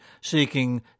seeking